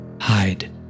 Hide